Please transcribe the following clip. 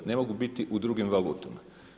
Ne mogu biti u drugim valutama.